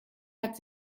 hat